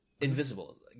invisible